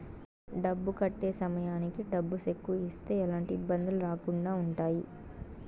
డబ్బు కట్టే సమయానికి డబ్బు సెక్కు ఇస్తే ఎలాంటి ఇబ్బందులు రాకుండా ఉంటాయి